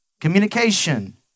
Communication